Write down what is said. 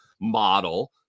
model